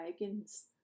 wagons